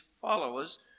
followers